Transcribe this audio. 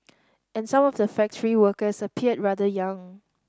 and some of the factory workers appeared rather young